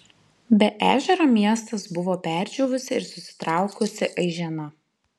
be ežero miestas buvo perdžiūvusi ir susitraukusi aižena